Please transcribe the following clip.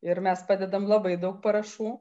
ir mes padedam labai daug parašų